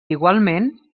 igualment